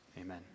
Amen